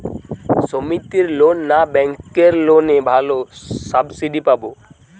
সমিতির লোন না ব্যাঙ্কের লোনে ভালো সাবসিডি পাব?